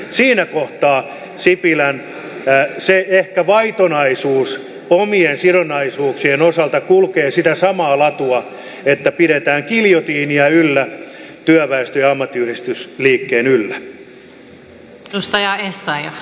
siinä kohtaa ehkä se sipilän vaitonaisuus omien sidonnaisuuksiensa osalta kulkee sitä samaa latua että pidetään giljotiinia työväestön ja ammattiyhdistysliikkeen yllä